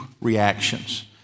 reactions